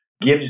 gives